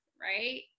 Right